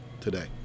today